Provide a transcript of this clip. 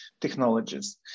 technologies